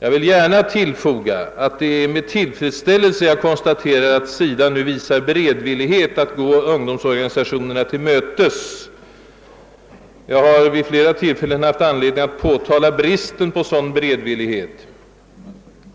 Jag vill gärna tillfoga att det är med tillfredsställelse jag konstaterar att SIDA nu visar beredvillighet att gå ungdomsorganisationerna till mötes. Jag har vid flera tillfällen haft anledning att påtala bristen på sådan beredvillighet.